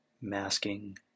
masking